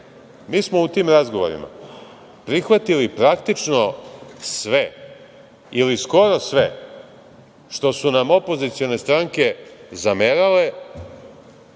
smo u tim razgovorima prihvatili praktično sve ili skoro sve što su nam opozicione stranke zamerale